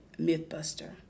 Mythbuster